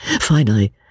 Finally